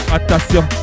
Attention